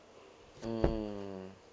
mm